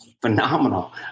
Phenomenal